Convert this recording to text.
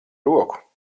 roku